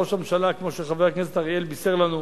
ראש הממשלה, כמו שחבר הכנסת אריאל בישר לנו,